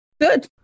Good